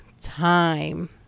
time